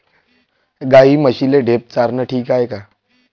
गाई म्हशीले ढेप चारनं ठीक हाये का?